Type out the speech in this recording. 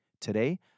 Today